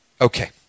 Okay